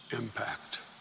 impact